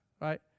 right